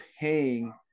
paying